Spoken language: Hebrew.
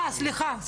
סליחה,